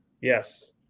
Yes